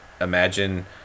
imagine